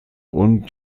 und